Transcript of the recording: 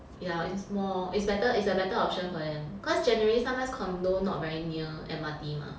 ya it's more it's better it's a better option for them cause generally sometimes condo not very near M_R_T mah